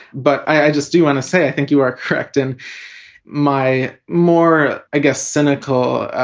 but i just do want to say, i think you are correct in my more, i guess, cynical